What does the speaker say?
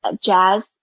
jazz